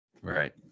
Right